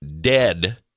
dead